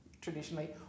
traditionally